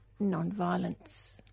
Nonviolence